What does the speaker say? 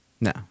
No